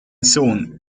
sohn